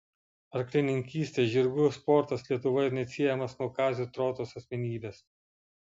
arklininkystė žirgų sportas lietuvoje neatsiejamas nuo kazio trotos asmenybės